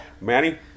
Manny